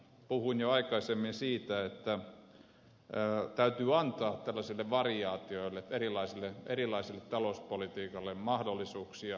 puhuin jo aikaisemmin siitä että täytyy antaa tällaisille variaatioille erilaiselle talouspolitiikalle mahdollisuuksia